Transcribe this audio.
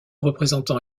représentant